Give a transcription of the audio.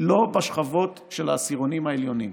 לא בשכבות של העשירונים העליונים,